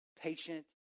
patient